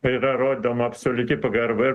yra rodoma absoliuti pagarba ir